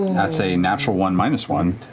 that's a natural one minus one.